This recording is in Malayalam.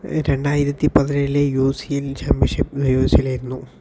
രണ്ടായിരത്തി പതിനേഴിലെ യൂസിയൻ ചാംബ്യൻഷിപ്പ് യിലായിരുന്നു